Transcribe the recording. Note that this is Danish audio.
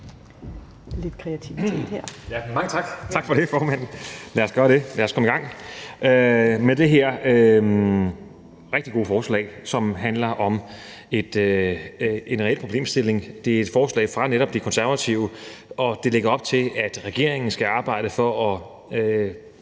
Heunicke): Mange tak for det, formand. Ja, lad os komme i gang med det her rigtig gode forslag, som handler om en reel problemstilling. Det er et forslag fra netop De Konservative, og det lægger op til, at regeringen skal arbejde for at